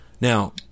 Now